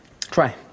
Try